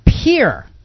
appear